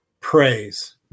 Praise